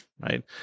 right